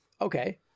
Okay